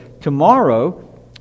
tomorrow